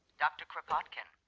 dr. kropotkin,